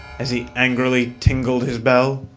as he angrily tingled his bell.